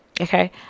Okay